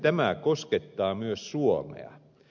tämä koskettaa myös suomea